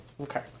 okay